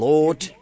Lord